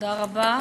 תודה רבה.